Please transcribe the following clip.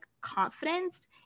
confidence